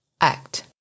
Act